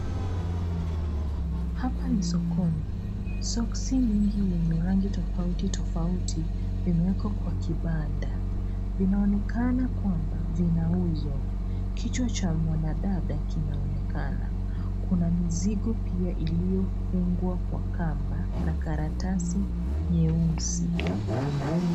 Hapa ni sokoni, soksi mingi yenye rangi tofauti tofauti vimewekwa kwa kibanda vinaonekana kwamba vinauzwa. Kichwa cha mwanadada kinaonekana kuna mizigo pia iliyofungwa kwa kamba na karatasi nyeusi.